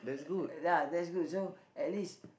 ya that's good so at least